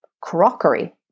crockery